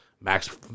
max